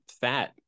fat